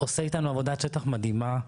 הוא עושה איתנו עבודת שטח מדהימה,